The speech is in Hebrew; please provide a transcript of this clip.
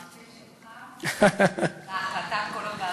מהפה שלך להחלטת כל הוועדות.